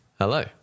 Hello